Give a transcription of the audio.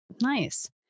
Nice